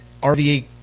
rva